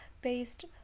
based